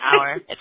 hour